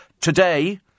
today